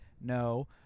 no